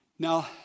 Now